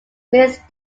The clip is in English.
missed